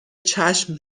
چشم